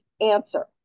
answer